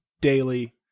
daily